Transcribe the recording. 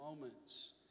moments